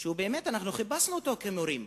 שבאמת חיפשנו אותו כמורים.